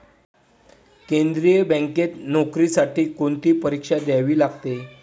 केंद्रीय बँकेत नोकरीसाठी कोणती परीक्षा द्यावी लागते?